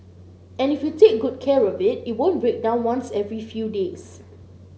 and if you take good care of it it won't break down once every few days